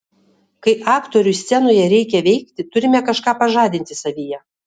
kai aktoriui scenoje reikia veikti turime kažką pažadinti savyje